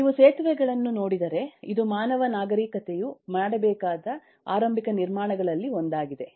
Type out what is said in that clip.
ನೀವು ಸೇತುವೆಗಳನ್ನು ನೋಡಿದರೆ ಇದು ಮಾನವ ನಾಗರಿಕತೆಯು ಮಾಡಬೇಕಾದ ಆರಂಭಿಕ ನಿರ್ಮಾಣಗಳಲ್ಲಿ ಒಂದಾಗಿದೆ